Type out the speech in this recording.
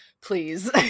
Please